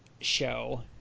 show